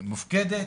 מופקדת,